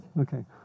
Okay